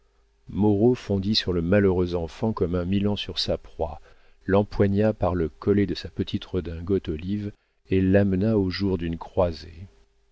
moreau fondit sur le malheureux enfant comme un milan sur sa proie l'empoigna par le collet de sa petite redingote olive et l'amena au jour d'une croisée